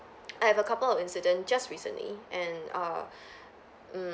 I have a couple of incident just recently and err mm